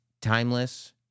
timeless